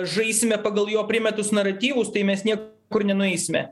žaisime pagal jo primetus naratyvus tai mes niekur nenueisime